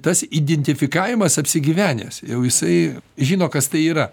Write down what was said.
tas identifikavimas apsigyvenęs jau jisai žino kas tai yra